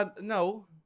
no